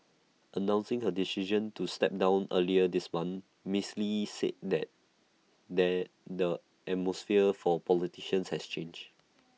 announcing her decision to step down earlier this month miss lee said then that that the atmosphere for politicians had changed